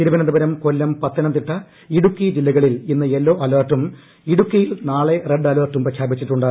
തിരുവനന്തപുരം കൊല്ലം പത്തനംതിട്ട ഇടുക്കി ജില്ലകളിൽ ഇന്ന് യെല്ലോ അലർട്ടും ഇടുക്കിയിൽ നാളെ റെഡ് അലർട്ടും പ്രഖ്യാപിച്ചിട്ടുണ്ട്